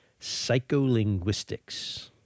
psycholinguistics